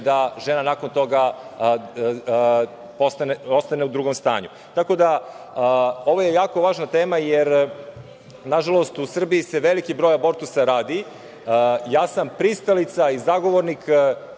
da žena nakon toga ostane u drugom stanju. Ovo je jako važna tema jer, nažalost, u Srbiji se veliki broj abortusa radi. Pristalica sam i zagovornik